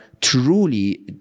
truly